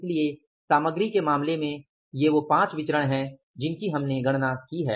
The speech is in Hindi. इसलिए सामग्री के मामले में ये वो पांच विचरण हैं जिनकी हमने गणना की है